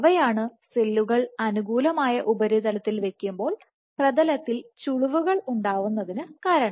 അവയാണ് സെല്ലുകൾ അനുകൂലമായ ഉപരിതലത്തിൽ വെക്കുമ്പോൾ പ്രതലത്തിൽ ചുളിവുകൾ ഉണ്ടാവുന്നതിന് കാരണം